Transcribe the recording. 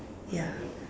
ya